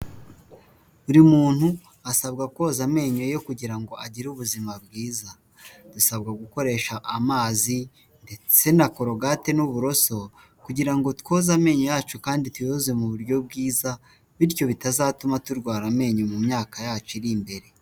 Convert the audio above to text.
Buri muntu asabwa koza amenyo ye kugira ngo agire ubuzima bwiza dusabwa gukoresha amazi ndetse naforogate n'uburoso kugira ngo tuyoze amenyo yacu kandi tuyoze mu buryo bwiza, bityo bitazatuma turwara amenyo mu myaka yacu iri imbere.